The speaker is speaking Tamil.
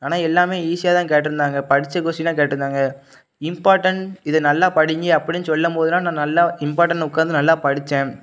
ஆனால் எல்லாம் ஈஸியாக தான் கேட்டுருந்தாங்க படித்த கொஸ்டினா கேட்டுருந்தாங்க இம்பார்டென்ட் இதை நல்லா படிங்க அப்படின்னு சொல்லும் போதுலாம் நான் நல்லா இம்பார்டெனை உட்காந்து நல்லா படித்தேன்